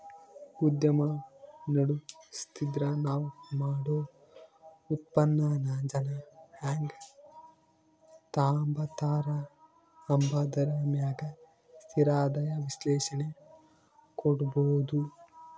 ಉದ್ಯಮ ನಡುಸ್ತಿದ್ರ ನಾವ್ ಮಾಡೋ ಉತ್ಪನ್ನಾನ ಜನ ಹೆಂಗ್ ತಾಂಬತಾರ ಅಂಬಾದರ ಮ್ಯಾಗ ಸ್ಥಿರ ಆದಾಯ ವಿಶ್ಲೇಷಣೆ ಕೊಡ್ಬೋದು